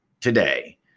today